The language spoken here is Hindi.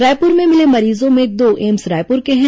रायपुर में मिले मरीजों में दो एम्स रायपुर के हैं